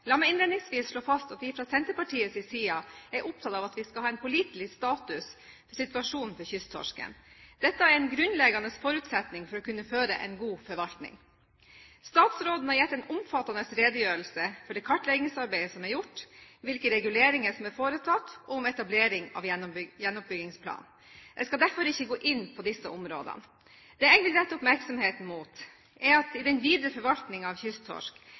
La meg innledningsvis slå fast at vi fra Senterpartiets side er opptatt av at vi skal ha en pålitelig status for situasjonen for kysttorsken. Dette er en grunnleggende forutsetning for å kunne føre en god forvaltning. Statsråden har gitt en omfattende redegjørelse for det kartleggingsarbeidet som er gjort, hvilke reguleringer som er foretatt, og om etablering av gjenoppbyggingsplan. Jeg skal derfor ikke gå inn på disse områdene. Det jeg vil rette oppmerksomheten mot, er at i den videre forvaltningen av kysttorsk